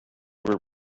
were